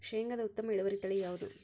ಶೇಂಗಾದ ಉತ್ತಮ ಇಳುವರಿ ತಳಿ ಯಾವುದು?